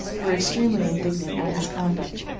were extremely indignant at his conduct,